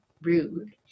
rude